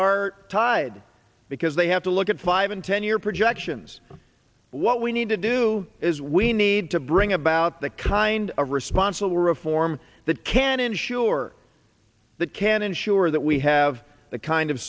are tied because they have to look at five and ten year projections what we need to do is we need to bring about the kind of responsible reform that can ensure that can ensure that we have the kind of